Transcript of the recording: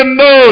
no